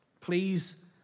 please